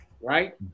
right